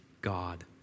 God